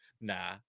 nah